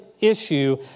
issue